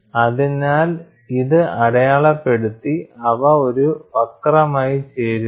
അതിനാൽ ഇത് അടയാളപ്പെടുത്തി അവ ഒരു വക്രമായി ചേരുക